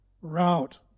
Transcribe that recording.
route